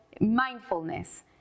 mindfulness